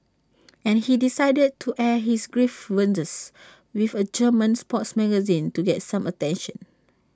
and he decided to air his grievances with A German sports magazine to get some attention